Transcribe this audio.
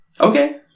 Okay